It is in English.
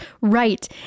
Right